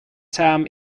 term